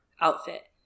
outfit